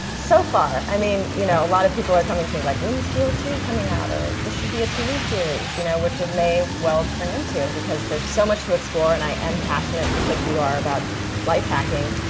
so far. i mean you know a lot lot of people are coming to me like, when's heal two coming out, or, this should be a tv series, you know which it may well turn into, because there's so much to explore, and i am passionate, just like you are, about life hacking.